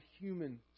human